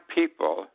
people